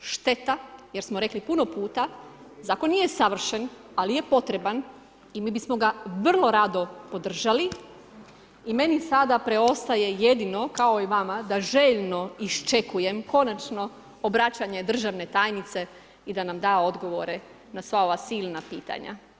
Šteta jer smo rekli puno puta Zakon nije savršen, ali je potreban i mi bismo ga vrlo rado podržali i meni sada preostaje jedino, kao i vama, da željno iščekujem konačno obraćanje državne tajnice i da nam da odgovore na sva ova silna pitanja.